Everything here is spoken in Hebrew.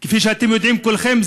כפי שאתם יודעים כולכם,